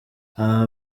aha